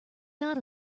not